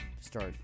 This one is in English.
start